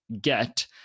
get